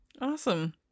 Awesome